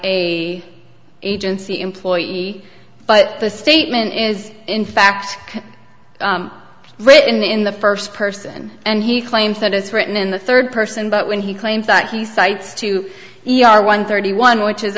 a agency employee but the statement is in fact written in the first person and he claims that it's written in the third person but when he claims that he cites two e r one thirty one which is